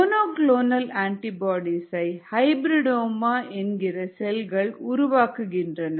mono clonal antibodies ஐ hybridoma என்கிற செல்கள் உருவாக்குகின்றன